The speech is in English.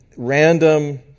random